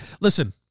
Listen